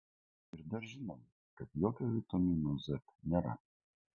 ir dar žinau kad jokio vitamino z nėra